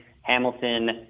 hamilton